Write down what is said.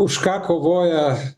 už ką kovoja